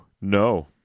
no